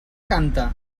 canta